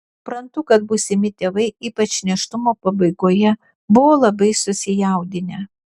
suprantu kad būsimi tėvai ypač nėštumo pabaigoje buvo labai susijaudinę